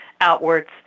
outwards